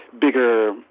bigger